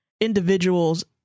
individuals